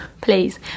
please